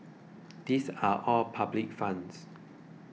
these are all public funds